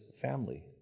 family